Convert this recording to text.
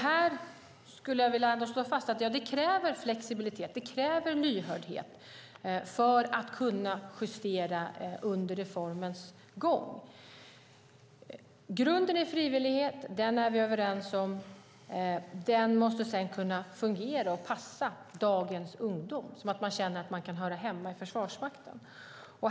Här skulle jag vilja slå fast att det krävs flexibilitet och lyhördhet för att kunna justera under reformens gång. Grunden är frivillighet. Den är vi överens om, och den måste sedan kunna fungera och passa dagens ungdom så att man känner att man kan höra hemma i Försvarsmakten.